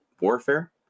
warfare